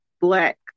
black